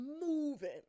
moving